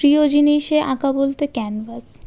প্রিয় জিনিসে আঁকা বলতে ক্যানভাস